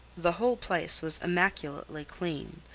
the whole place was immaculately clean,